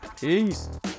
Peace